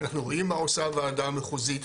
אנחנו רואים מה עושה הוועדה המחוזית,